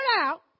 out